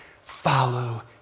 follow